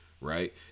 right